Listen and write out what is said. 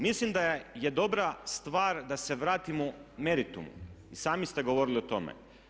Mislim da je dobra stvar da se vratimo meritumu i sami ste govorili o tome.